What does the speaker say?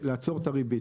ולעצור את הריבית,